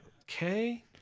okay